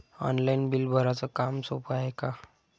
Online bill भराच काम सोपं हाय का?